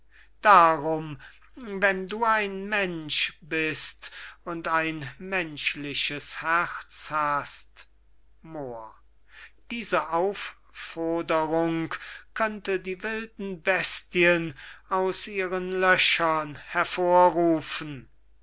darum wenn du ein mensch bist und ein menschliches herz hast moor diese aufforderung könnte die wilden bestien aus ihren löchern hervorrufen